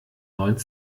neuen